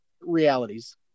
realities